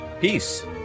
Peace